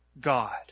God